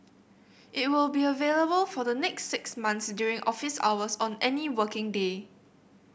it will be available for the next six months during office hours on any working day